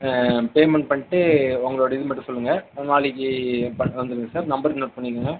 payment பண்ணிட்டு உங்களோடய இதை மட்டும் சொல்லுங்கள் நாளைக்கு பண்ட் வந்துடுங்க சார் நம்பர் நோட் பண்ணிக்கங்க